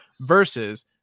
versus